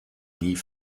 nie